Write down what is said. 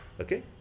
Okay